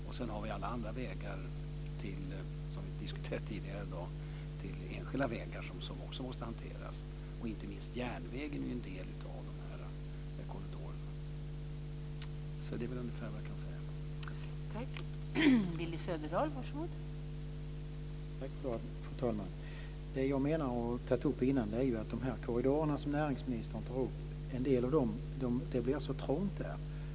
Och sedan har vi alla andra vägar som vi diskuterade tidigare i dag, enskilda vägar som också måste hanteras. Inte minst järnvägen är en del av de här korridorerna. Det är väl ungefär vad jag kan säga.